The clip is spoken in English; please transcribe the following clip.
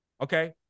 Okay